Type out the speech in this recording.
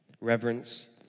reverence